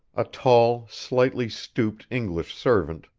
a tall, slightly stooped english servant,